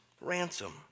ransom